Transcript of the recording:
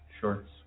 shorts